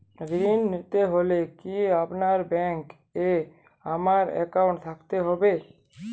ঋণ নিতে হলে কি আপনার ব্যাংক এ আমার অ্যাকাউন্ট থাকতে হবে?